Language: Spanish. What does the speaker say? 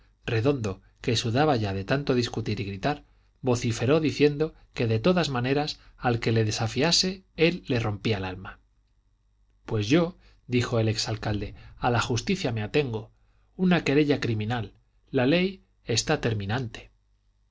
redondo que sudaba ya de tanto discutir y gritar vociferó diciendo que de todas maneras al que le desafiase él le rompía el alma pues yo dijo el ex alcalde a la justicia me atengo una querella criminal la ley está terminante